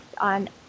on